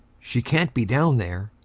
she can't be down there.